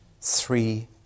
three